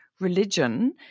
Religion